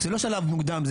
זה לא שלב מוקדם,